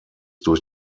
durch